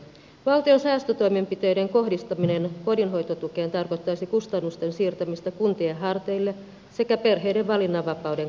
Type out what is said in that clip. valtion säästötoimenpiteiden kohdistaminen kotihoidon tukeen tarkoittaisi kustannusten siirtämistä kuntien harteille sekä perheiden valinnanvapauden kaventamista